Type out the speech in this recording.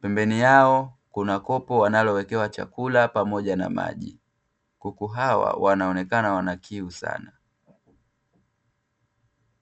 Pembeni yao Kuna kopo wanalowekewa chakula na maji, kuku hawa wanaonekana wana na kiu sana.